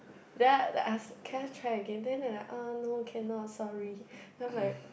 then I ask can I try again then they like uh no cannot sorry then I'm like